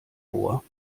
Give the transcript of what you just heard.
vor